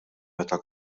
meta